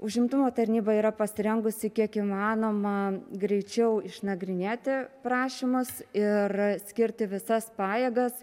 užimtumo tarnyba yra pasirengusi kiek įmanoma greičiau išnagrinėti prašymus ir skirti visas pajėgas